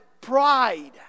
Pride